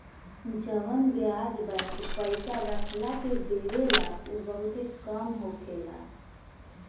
जवन ब्याज बैंक पइसा रखला के देवेला उ बहुते कम होखेला